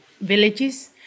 villages